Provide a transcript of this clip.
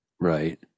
Right